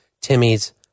timmy's